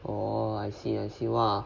oh I see I see !whoa!